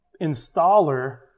installer